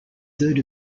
third